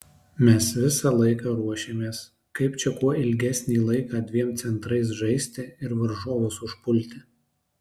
mes visą laiką ruošėmės kaip čia kuo ilgesnį laiką dviem centrais žaisti ir varžovus užpulti